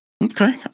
Okay